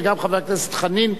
וגם חבר הכנסת חנין,